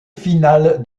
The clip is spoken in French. finale